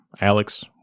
Alex